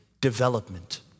development